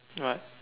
what